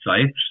sites